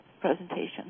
presentation